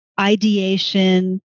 ideation